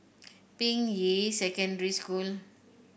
Ping Yi Secondary School